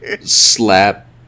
Slap